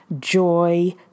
joy